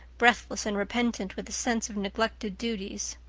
breathless and repentant with a sense of neglected duties.